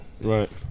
Right